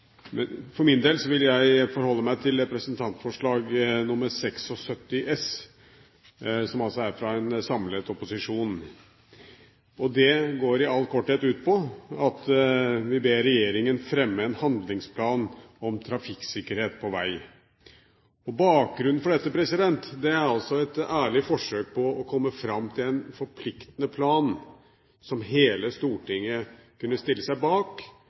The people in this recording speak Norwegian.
For min del vil jeg forholde meg til representantforslag nr. 76 S, som er fra en samlet opposisjon. Det går i all korthet ut på at vi ber regjeringen fremme en handlingsplan om trafikksikkerhet på vei. Bakgrunnen for dette er et ærlig forsøk på å komme fram til en forpliktende plan som hele Stortinget kunne stille seg bak